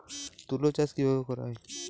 তুলো চাষ কিভাবে করা হয়?